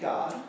God